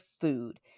Food